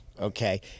okay